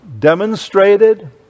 demonstrated